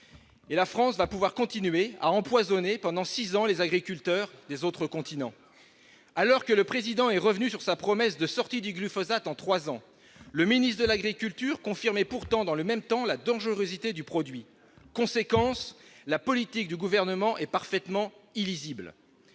: la France va pouvoir continuer à empoisonner pendant six ans les agriculteurs des autres continents. Alors que le Président est revenu sur sa promesse de sortie du glyphosate en trois ans, le ministre de l'agriculture confirmait pourtant dans le même temps la dangerosité du produit. Conséquence : la politique du Gouvernement est parfaitement illisible.